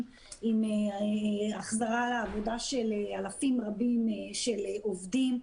עם החזרה לעבודה של אלפים רבים של עובדים,